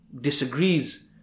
disagrees